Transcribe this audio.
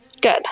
Good